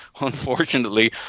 Unfortunately